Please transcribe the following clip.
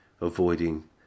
avoiding